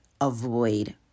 avoid